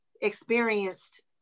experienced